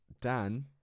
dan